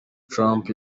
trump